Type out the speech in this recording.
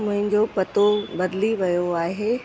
मुंहिंजो पतो बदिली वियो आहे